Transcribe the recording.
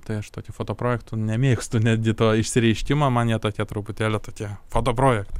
tai aš tokių foto projektų nemėgstu netgi to išsireiškimo man jie tokie truputėlį tokie foto projektai